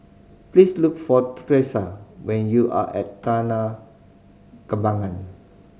please look for Tresa when you are at Taman Kembangan